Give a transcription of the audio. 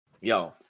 Yo